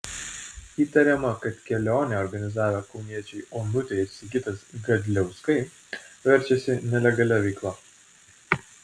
įtariama kad kelionę organizavę kauniečiai onutė ir sigitas gadliauskai verčiasi nelegalia veikla